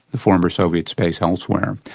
the former soviet space elsewhere,